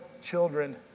children